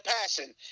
Passion